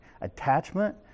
attachment